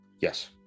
Yes